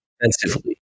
offensively